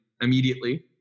immediately